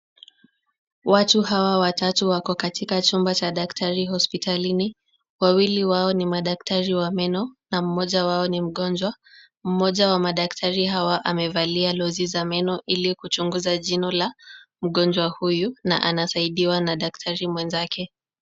Watu hawa watatu wako katika chumba cha daktari hospitalini. Wawili wao ni madaktari wa meno na mmoja wao ni mgonjwa. Mmoja wa madaktari hawa amevalia lozi za meno ili kuchunguza jino la mgonjwa huyu na anasaidiwa na daktari mwenzake.